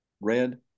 red